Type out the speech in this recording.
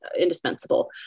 indispensable